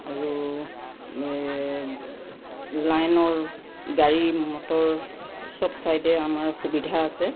আৰু লাইনৰ গাড়ী মটৰ চব চাইডে আমাৰ সুবিধা আছে